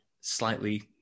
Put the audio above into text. slightly